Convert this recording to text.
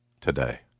today